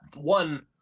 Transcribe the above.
one